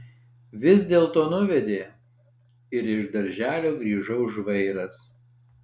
vis dėlto nuvedė ir iš darželio grįžau žvairas